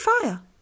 fire